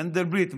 מנדלבליט,